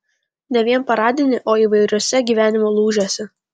ne vien paradinį o įvairiuose gyvenimo lūžiuose